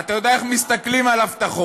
אתה יודע איך מסתכלים על הבטחות,